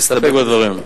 להסתפק בדברים האלה.